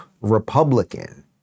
Republican